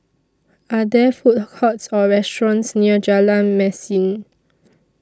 Are There Food Courts Or restaurants near Jalan Mesin